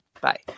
Bye